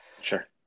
sure